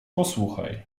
posłuchaj